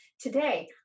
today